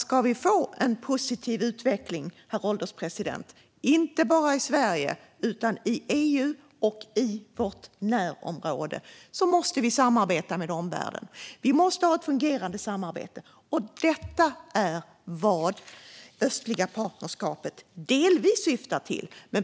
Ska vi få en positiv utveckling inte bara i Sverige utan även i EU och i vårt närområde, herr ålderspresident, måste vi nämligen samarbeta med omvärlden. Vi måste ha ett fungerande samarbete, och detta är vad det östliga partnerskapet delvis syftar till.